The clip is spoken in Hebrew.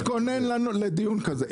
אם הייתי מתכונן לדיון כזה,